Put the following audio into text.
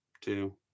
two